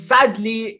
Sadly